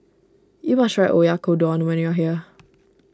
you must try Oyakodon when you are here